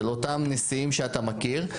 של אותם נשיאים שאתה מכיר,